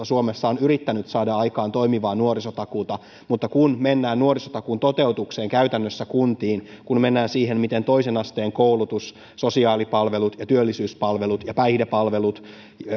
suomessa on yrittänyt saada aikaan toimivaa nuorisotakuuta mutta kun mennään nuorisotakuun toteutukseen käytännössä kunnissa kun mennään siihen miten toisen asteen koulutus sosiaalipalvelut työllisyyspalvelut ja päihdepalvelut